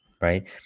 right